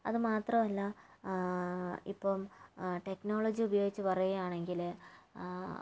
അത് മാത്രമല്ല ഇപ്പം ടെക്നോളജി ഉപയോഗിച്ച് പറയുകയാണെങ്കില്